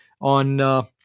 on